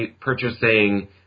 purchasing